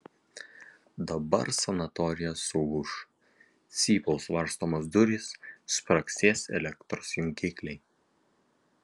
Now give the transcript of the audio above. dabar sanatorija suūš cypaus varstomos durys spragsės elektros jungikliai